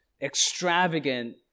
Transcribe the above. extravagant